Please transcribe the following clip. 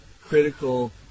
critical